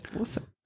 awesome